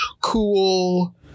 cool